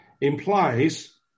implies